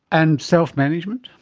and self-management?